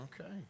Okay